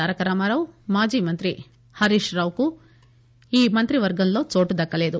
తారకరామారావు మాజీ మంత్రి హరీష్ రావుకు మంత్రివర్గంలో చోటు దక్కలేదు